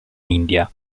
india